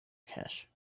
cash